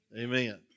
Amen